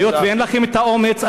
היות שאין לכם את האומץ,